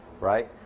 right